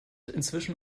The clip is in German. inzwischen